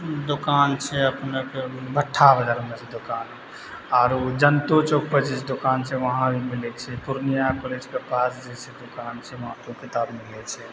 दोकान छै अपने के भठा बजार मे छै दोकान आरो जनतो चौक पर जे छै दोकान छै उहाॅं भी मिलै छै पूर्णिया कॉलेज के पास जे छै दोकान छै उहाँ किताब मिलै छै